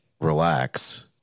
relax